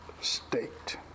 state